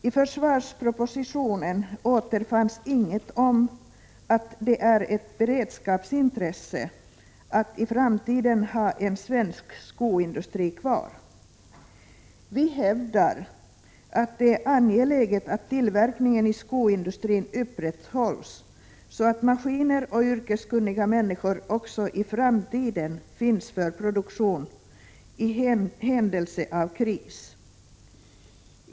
I försvarspropositionen återfinns inget om att det är ett beredskapsintresse att i framtiden ha en svensk skoindustri kvar. Vi hävdar att det är angeläget att tillverkningen i skoindustrin upprätthålls så att maskiner och yrkeskunniga människor också i framtiden finns för produktion i händelse av kris.